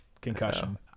Concussion